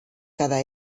quedar